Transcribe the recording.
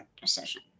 decision